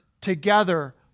together